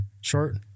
Short